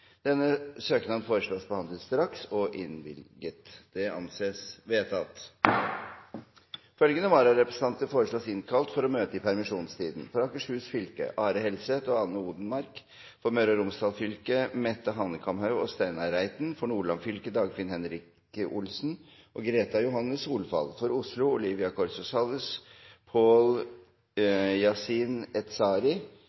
Følgende vararepresentanter innkalles for å møte i permisjonstiden: For Akershus fylke: Are Helseth og Anne Odenmarck For Møre og Romsdal fylke: Mette Hanekamhaug og Steinar Reiten For Nordland fylke: Dagfinn Henrik Olsen og Greta Johanne Solfall For Oslo: Olivia Corso Salles, Pål